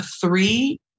three